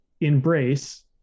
embrace